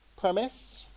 premise